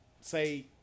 say